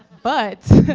but,